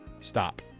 Stop